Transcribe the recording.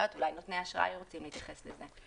אולי נותני האשראי רוצים להתייחס לזה.